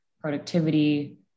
productivity